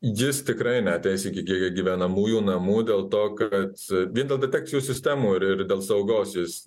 jis tikrai neateis iki gi gyvenamųjų namų dėl to kad vien dėl detekcijos sistemų ir ir dėl saugos jis